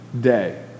Day